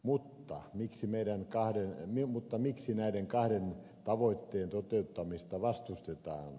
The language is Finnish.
mutta miksi meidän kahden hyvin mutta miksi näiden kahden tavoitteen toteuttamista vastustetaan